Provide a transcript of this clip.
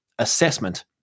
assessment